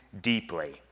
deeply